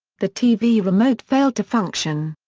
the tv remote failed to function.